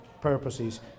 purposes